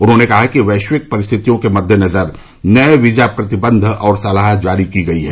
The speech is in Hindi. उन्होंने कहा कि वैश्विक परिस्थितियों के मद्देनजर नये वीजा प्रतिबंध और सलाह जारी की गई है